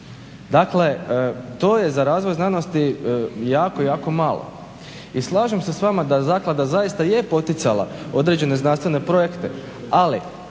Dakle, to je za razvoj znanosti jako, jako malo. I slažem se s vama da Zaklada zaista je poticala određene znanstvene projekte ali